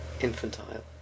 Infantile